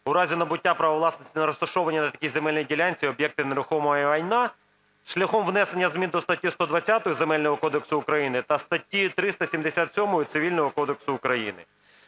у разі набуття права власності на розташований на такій земельній ділянці об'єкт нерухомого майна шляхом внесення змін до статті 120 Земельного кодексу України та статті 377 Цивільного кодексу України.